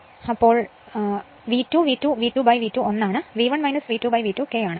അതിനാൽ V1 V2 V2 k